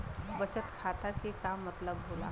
बचत खाता के का मतलब होला?